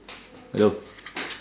hello